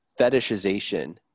fetishization